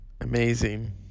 Amazing